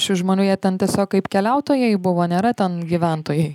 šių žmonių jie ten tiesiog kaip keliautojai buvo nėra ten gyventojai